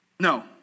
No